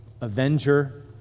avenger